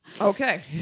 Okay